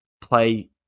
play